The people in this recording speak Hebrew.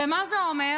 ומה זה אומר?